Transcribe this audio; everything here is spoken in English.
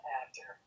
actor